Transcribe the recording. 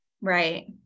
Right